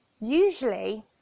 usually